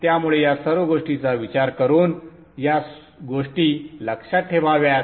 त्यामुळे या सर्व गोष्टींचा विचार करून या गोष्टी लक्षात ठेवाव्यात